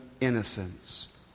innocence